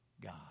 God